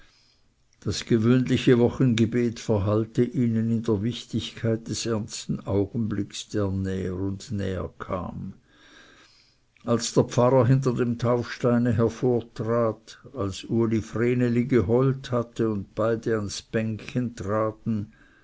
das gewöhnliche wochengebet verhallte ihnen in der wichtigkeit des ernsten augenblicks der näher und näher kam als der pfarrer hinter dem taufsteine hervortrat als uli vreneli geholt hatte und beide ans bänkchen traten